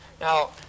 Now